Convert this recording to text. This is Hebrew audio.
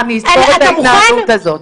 אני אזכור את ההתנהלות הזאת.